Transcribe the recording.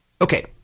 Okay